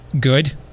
good